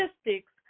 statistics